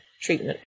treatment